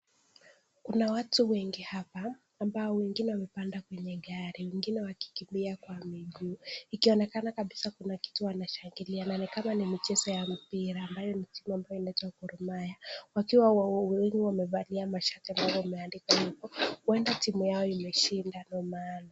Kuna watu wengi hapa ambao wengine wamepanda kwenye gari, wengine wakikimbia kwa miguu, ikionekana kabisa kuna kitu wanashangilia na ni kama ni michezo ya mpira ambayo ni timu ambayo inaitwa Gor Mahia, wakiwa wawili wamevalia mashati ambayo imeandikwa hivyo, huenda ni timu yao imeshinda ndio maana.